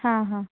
हा हा